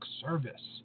service